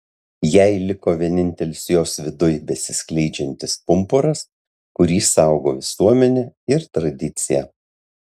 jai liko vienintelis jos viduj besiskleidžiantis pumpuras kurį saugo visuomenė ir tradicija